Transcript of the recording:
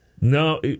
no